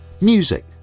Music